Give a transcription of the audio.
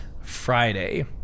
Friday